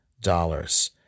dollars